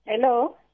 Hello